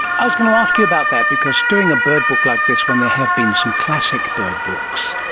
i was going to ask you about that, because doing a bird book like this when there have been some classic bird books,